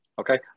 Okay